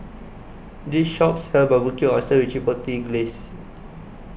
This Shop sells Barbecued Oysters with Chipotle Glaze